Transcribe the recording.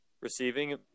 receiving